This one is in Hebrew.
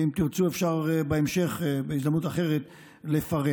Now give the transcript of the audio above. ואם תרצו, אפשר בהמשך, בהזדמנות אחרת, לפרט.